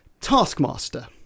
Taskmaster